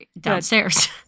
downstairs